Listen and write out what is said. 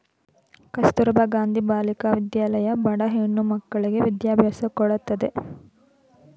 ಕಸ್ತೂರಬಾ ಗಾಂಧಿ ಬಾಲಿಕಾ ವಿದ್ಯಾಲಯ ಬಡ ಹೆಣ್ಣ ಮಕ್ಕಳ್ಳಗೆ ವಿದ್ಯಾಭ್ಯಾಸ ಕೊಡತ್ತದೆ